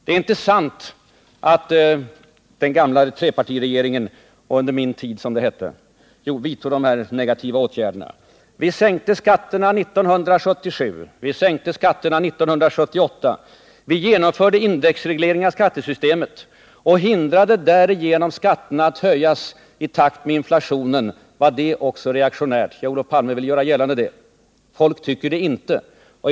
Det är inte sant att den gamla trepartiregeringen under min tid, som det hette— vidtog de påstådda negativa åtgärderna och höjde skatterna. Vi sänkte skatterna 1977 och 1978. Vi genomförde indexreglering av skattesystemet och hindrade därigenom skatterna att höjas i takt med inflationen. Var det också reaktionärt? Olof Palme vill göra detta gällande. Folk tycker det inte.